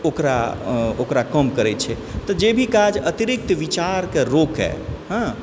ओकरा ओकरा कम करै छै तऽ जे भी काज अतिरिक्त विचारके रोकै